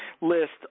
list